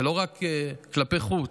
זה לא רק כלפי חוץ,